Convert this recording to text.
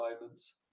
moments